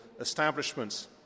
establishments